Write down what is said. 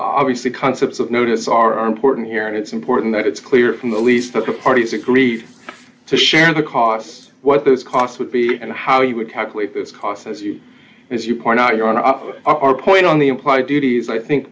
obviously concepts of notice are important here and it's important that it's clear from the lease that the parties agree to share the costs what those costs would be and how you would calculate this cost as you as you point out your own up to our point on the implied duties i think